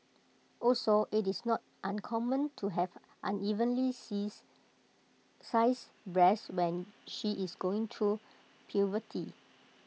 also IT is not uncommon to have unevenly seize sized breasts when she is going to puberty